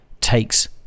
takes